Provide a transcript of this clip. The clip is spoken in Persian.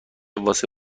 واسه